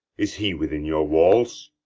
is he within your walls?